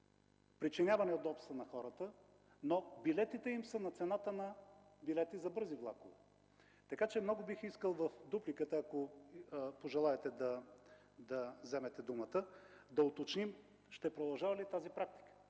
причинява неудобства на хората, но билетите им са на цената на билети за бързи влакове. Много бих искал в дупликата, ако пожелаете да вземете думата, да уточним ще продължава ли тази практика.